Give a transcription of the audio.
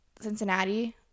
Cincinnati